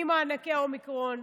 ממענקי האומיקרון,